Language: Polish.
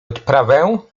odprawę